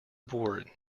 bored